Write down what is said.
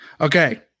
Okay